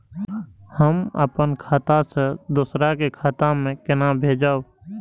हम आपन खाता से दोहरा के खाता में केना भेजब?